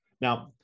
Now